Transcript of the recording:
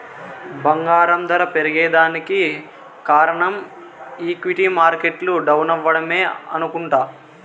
బంగారం దర పెరగేదానికి కారనం ఈక్విటీ మార్కెట్లు డౌనవ్వడమే అనుకుంట